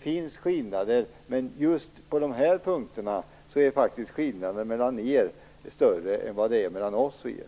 finns skillnader, men just på de här punkterna är skillnaden mellan era två partier större än mellan oss två.